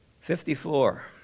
Fifty-four